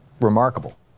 remarkable